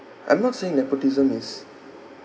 I'm not saying nepotism is